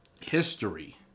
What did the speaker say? history